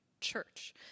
church